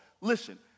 listen